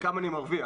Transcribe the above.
וכמה אני מרוויח.